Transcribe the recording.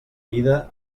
vida